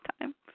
time